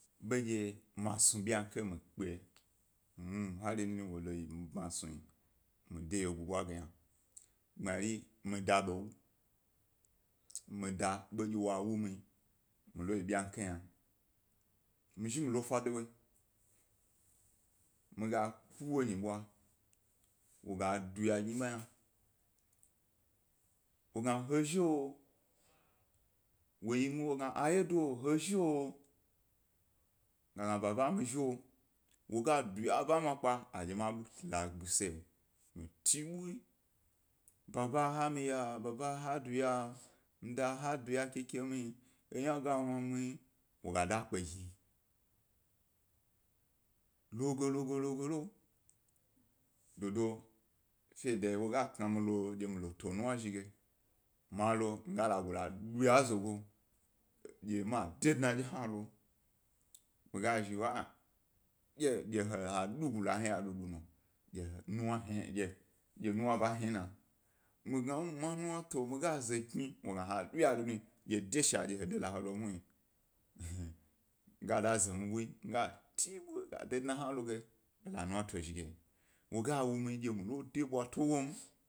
Bo ndye ma snu benka yi mikpe, hari nini wo lo ḃami snu mi de wyego ḃwa ge nyna, gbmari mi da ḃewu, mi da, ḃe ndye wa wu mi, mi lo yi ḃenkye ge yna, mi zhi mi lo fa dewoyi mi ga ku wo nyi ḃwa, wo ga daya gni. ḃe yna wo gna he zho, wo ye mi wogna ayedo he zho, mi ga gna b aba mi zho, wo ga duya eba ga mwakpe hedye ma ḃu la se, mi bi ḃu, baba ha mi ya, baba ha duya, mida hamiya, ha duya keke mi eyna ga wna mi, wo ga da kpe gni, lo ge lo ge logelo, dodo fe de wo ga mi dye mi lo tonuwn zhi ge mi ga la gula duya eznago dye ma de dna dye hna lom, wo ga gna dye a, a dye he dula hni ya dudu nu dye nuwn ba hnina, mi gala ma nuwna to mi ga ze kni dye ha duya dudun, dye dashi dye ha la he de lo ge muhni. Ga da ze mi bu, mi gal ti ḃu ga de edna hna lo ge, ga nuwna dye to zhige wo ga wu mi dye mi lo de ḃwa to wom.